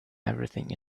everything